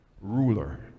Ruler